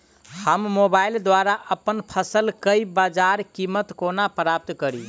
हम मोबाइल द्वारा अप्पन फसल केँ बजार कीमत कोना प्राप्त कड़ी?